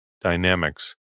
Dynamics